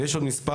יש עוד מס'